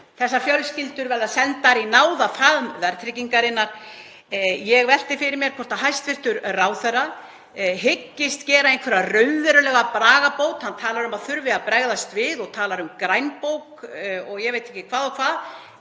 Þessar fjölskyldur verða sendar í náðarfaðm verðtryggingarinnar. Ég velti fyrir mér hvort hæstv. ráðherra hyggist gera einhverja raunverulega bragarbót? Hann talar um að það þurfi að bregðast við og talar um grænbók og ég veit ekki hvað og hvað